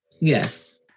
Yes